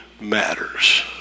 matters